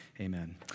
amen